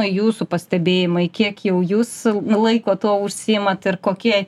jūsų pastebėjimai kiek jau jūs laiko tuo užsiimat ir kokie